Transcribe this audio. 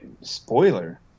spoiler